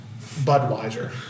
Budweiser